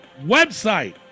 website